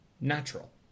natural